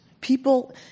People